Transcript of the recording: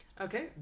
okay